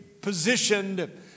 positioned